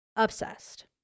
obsessed